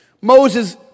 Moses